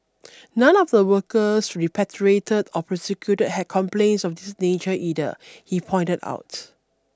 none of the workers repatriated or prosecuted had complaints of this nature either he pointed out